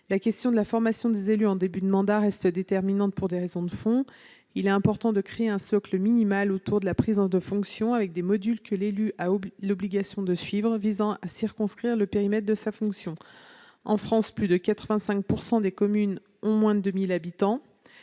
La question de la formation des élus en début de mandat reste déterminante pour des raisons de fond. Il est important de créer un socle minimal autour de la prise de fonction, avec des modules que l'élu a l'obligation de suivre, visant à circonscrire le périmètre de sa fonction. En France, plus de 85 % des communes comptent moins de 2 000 habitants.